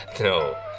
no